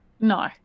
No